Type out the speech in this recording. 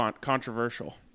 controversial